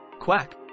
Quack